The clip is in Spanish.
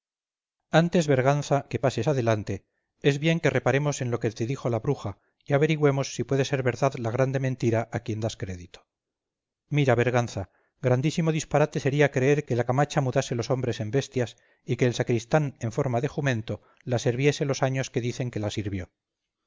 antes berganza que pases adelante es bien que reparemos en lo que te dijo la bruja y averigüemos si puede ser verdad la grande mentira a quien das crédito mira berganza grandísimo disparate sería creer que la camacha mudase los hombres en bestias y que el sacristán en forma de jumento la serviese los años que dicen que la sirvió